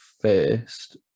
first